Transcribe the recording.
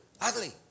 ugly